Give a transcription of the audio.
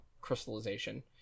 crystallization